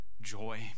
joy